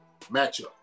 matchup